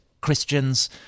Christians